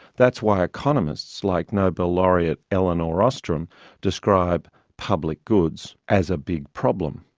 that's why economists like nobel laureate elinor ostrom describe public goods as a big problem.